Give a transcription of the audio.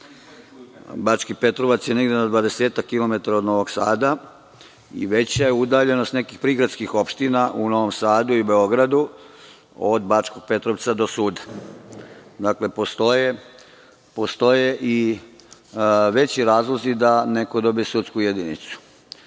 Bački Petrovac je negde na dvadesetak kilometara od Novog Sada, i veća je udaljenog nekih prigradskih opština u Novom Sadu i Beogradu, od Bačkog Petrovca do suda. Dakle, postoje i veći razlozi da neko dobije sudsku jedinicu. Hoću